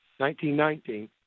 1919